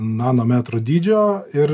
nanometro dydžio ir